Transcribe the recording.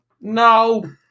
No